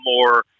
more